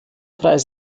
preis